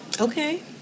Okay